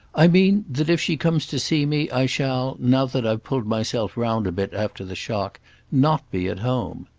i mean that if she comes to see me i shall now that i've pulled myself round a bit after the shock not be at home.